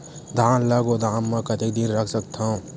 धान ल गोदाम म कतेक दिन रख सकथव?